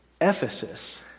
Ephesus